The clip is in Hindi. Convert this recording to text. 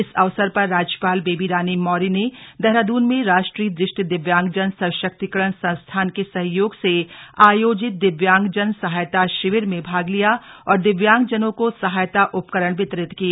इस अवसर पर राज्यपाल बेबी रानी मौर्य ने देहरादून में राष्ट्रीय दृष्टि दिव्यांगजन सशक्तिकरण संस्थान के सहयोग से आयोजित दिव्यांगजन सहायता शिविर में भाग लिया और दिव्यांग जनों को सहायता उपकरण वितरित किए